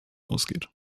ausgeht